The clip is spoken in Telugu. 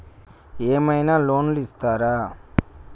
ఏమైనా లోన్లు ఇత్తరా?